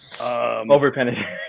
Over-penetration